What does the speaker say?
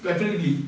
definitely